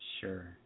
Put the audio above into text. Sure